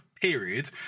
period